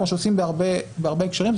כמו שעושים בהרבה הקשרים,